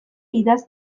idatz